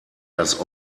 das